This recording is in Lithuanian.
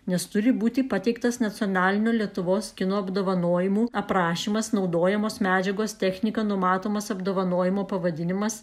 nes turi būti pateiktas nacionalinių lietuvos kino apdovanojimų aprašymas naudojamos medžiagos technika numatomas apdovanojimo pavadinimas